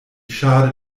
schade